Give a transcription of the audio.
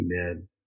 Amen